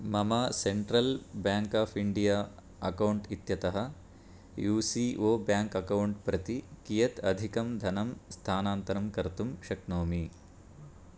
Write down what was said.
मम central bank of India account इत्यतः U C O bank account प्रति कियत् अधिकं धनं स्थानान्तरं कर्तुं शक्नोमि